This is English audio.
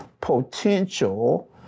Potential